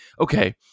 okay